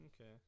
okay